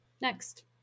next